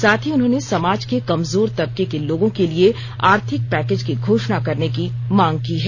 साथ ही उन्होंने समाज के कमजोर तबके के लोगों के लिए आर्थिक पैकेज की घोषणा करने की मांग की है